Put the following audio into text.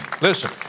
Listen